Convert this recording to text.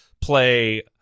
play